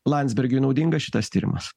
landsbergiui naudingas šitas tyrimas